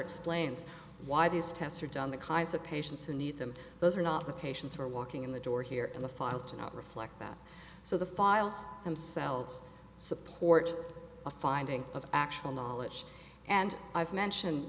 explains why these tests are done the kinds of patients who need them those are not the patients who are walking in the door here and the files do not reflect that so the files themselves support a finding of actual knowledge and i've mentioned